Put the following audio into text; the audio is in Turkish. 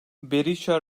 berişa